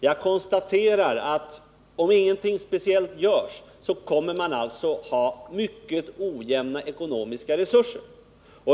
Jag konstaterar att om ingenting speciellt görs, kommer de båda sidorna att ha mycket ojämna ekonomiska resurser.